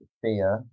fear